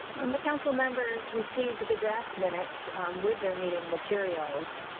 um the council members received the draft minutes with their meeting materials.